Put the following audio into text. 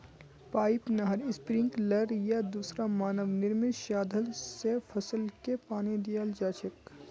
pipe, नहर, sprinkler या दूसरा मानव निर्मित साधन स फसलके पानी दियाल जा छेक